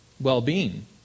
well-being